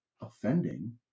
offending